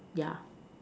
ya